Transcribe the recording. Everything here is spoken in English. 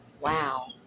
Wow